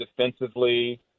defensively